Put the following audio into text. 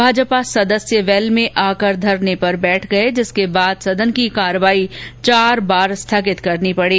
भाजपा सदस्य वैल में आकर धरने पर बैठ गये जिसके बाद सदन की कार्यवाही चार बार स्थगित करनी पड़ी